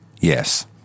Yes